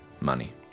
Money